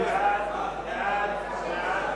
חוק הכנסת (תיקון, אישור על-ידי ועדת משנה חסויה),